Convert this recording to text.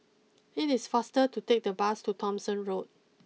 it is faster to take the bus to Thomson Road